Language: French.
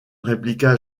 répliqua